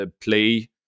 play